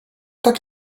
tak